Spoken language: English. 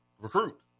recruit